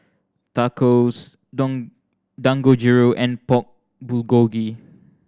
Tacos Dangojiru and Pork Bulgogi